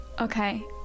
Okay